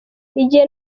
igihe